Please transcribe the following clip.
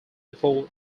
before